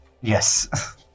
Yes